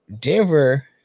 Denver